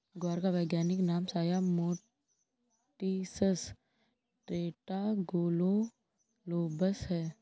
ग्वार का वैज्ञानिक नाम साया मोटिसस टेट्रागोनोलोबस है